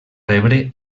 rebre